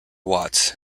watts